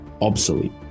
obsolete